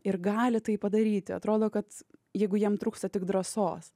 ir gali tai padaryti atrodo kad jeigu jiem trūksta tik drąsos